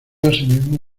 asimismo